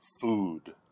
food